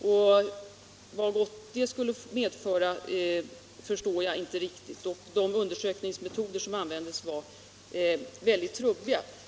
Vad gott det skulle medföra förstår jag inte riktigt, och de undersökningsmetoder som användes var mycket trubbiga.